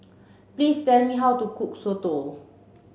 please tell me how to cook Soto